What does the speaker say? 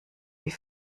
wie